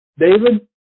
David